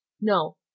no